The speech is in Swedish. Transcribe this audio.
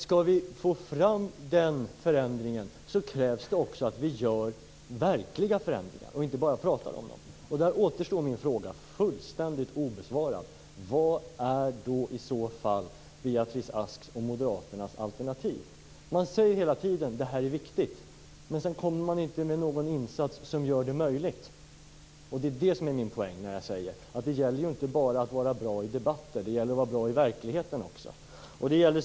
Skall vi få fram den förändringen krävs det att vi gör verkliga förändringar och inte bara pratar om dem. Där återstår min fråga fullständigt obesvarad: Vad är i så fall Beatrice Asks och moderaternas alternativ? Man säger hela tiden att det här är viktigt, men sedan kommer man inte med någon insats som gör det möjligt. Det är det som är min poäng med att det inte bara gäller att vara bra i debatter, det gäller att vara bra i verkligheten också.